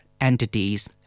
entities